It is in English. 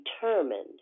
determined